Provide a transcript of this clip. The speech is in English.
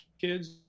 kids